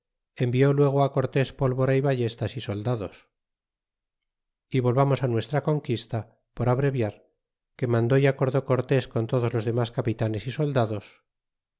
envió luego á cortés pólvora y ballestas y soldados y volvamos á nuestra conquista por abreviar que mandó y acordó cortés con todos los denlas capitanes y soldados